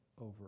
over